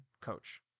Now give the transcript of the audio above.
coach